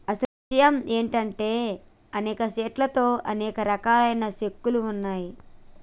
అసలు ఇషయం ఏంటంటే అనేక సెట్ల తో అనేక రకాలైన సెక్కలు వస్తాయి